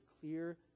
clear